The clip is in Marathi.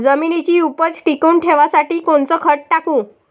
जमिनीची उपज टिकून ठेवासाठी कोनचं खत टाकू?